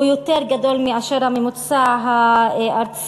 הוא יותר גדול מאשר הממוצע הארצי,